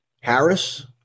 Harris